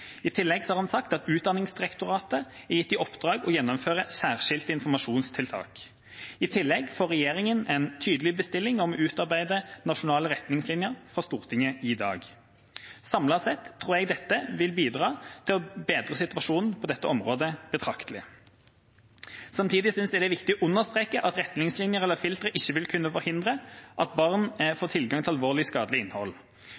I tillegg har han sagt at Utdanningsdirektoratet er gitt i oppdrag å gjennomføre særskilte informasjonstiltak. I tillegg får regjeringa en tydelig bestilling om å utarbeide nasjonale retningslinjer fra Stortinget i dag. Samlet sett tror jeg dette vil bidra til å bedre situasjonen på dette området betraktelig. Samtidig synes jeg det er viktig å understreke at retningslinjer eller filtre ikke vil kunne forhindre at barn får tilgang til alvorlig skadelig innhold.